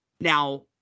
Now